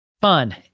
Fun